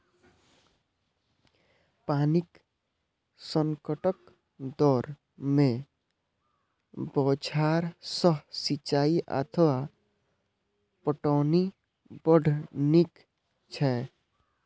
पानिक संकटक दौर मे बौछार सं सिंचाइ अथवा पटौनी बड़ नीक छै